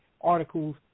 articles